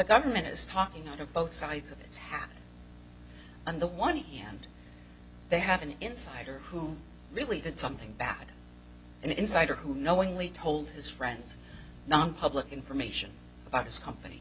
government is talking out of both sides of its hand on the one hand they have an insider who really did something bad an insider who knowingly told his friends nonpublic information about his company